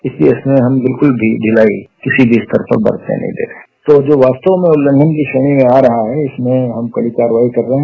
इसलिये इसमें हम बिल्कुल भी ढिलाई किसी भी स्तर पर बरतने नहीं दे रहे है जो वास्तव में उल्लंघन की श्रेणी में आ रहा है उसमें हम कड़ी कार्रवाई कर रहे हैं